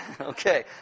Okay